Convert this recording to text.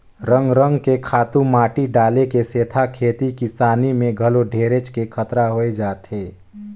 रंग रंग के खातू माटी डाले के सेथा खेती किसानी में घलो ढेरेच के खतरा होय जाथे